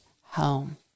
home